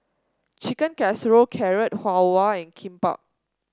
Chicken Casserole Carrot Halwa and Kimbap